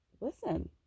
Listen